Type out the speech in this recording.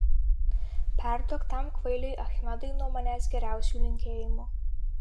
perduok tam kvailiui achmedui nuo manęs geriausių linkėjimų